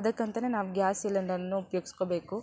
ಅದಕ್ಕಂತಲೇ ನಾವು ಗ್ಯಾಸ್ ಸಿಲಿಂಡರನ್ನು ಉಪಯೋಗಿಸ್ಕೊಬೇಕು